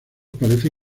parece